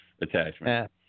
attachment